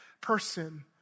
person